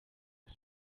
the